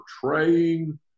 portraying